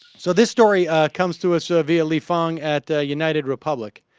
so this story ah. comes through ah serbia lee fong at ah. united republic